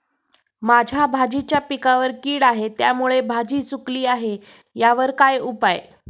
माझ्या भाजीच्या पिकावर कीड आहे त्यामुळे भाजी सुकली आहे यावर काय उपाय?